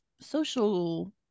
social